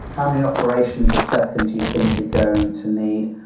how many operations a second do you think you're going to need?